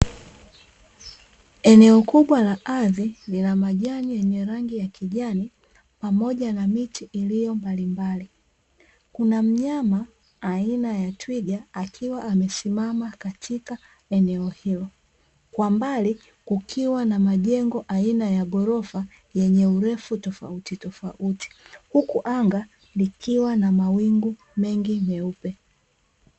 Eneo kubwa la ardhi lina majani yenye rangi ya kijani, pamoja na miti iliyo mbali mbali. Kuna mnyama aina ya twiga akiwa amesimama katika eneo hilo. Kwa mbali, kukiwa na majengo aina ya ghorofa, yenye urefu tofautitofauti, huku anga likiwa na mawingu mengi meupe.